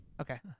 Okay